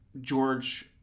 George